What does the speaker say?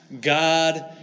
God